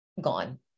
gone